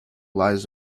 lies